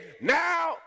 now